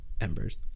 Embers